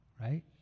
right